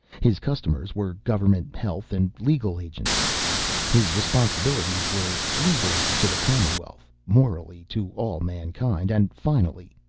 his customers were government health and legal agencies his responsibilities were legally, to the commonwealth morally, to all mankind and finally,